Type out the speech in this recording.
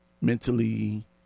mentally